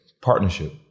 Partnership